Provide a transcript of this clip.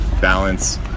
balance